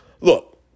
look